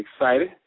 excited